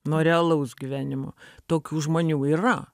nuo realaus gyvenimo tokių žmonių yra